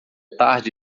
tarde